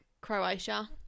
Croatia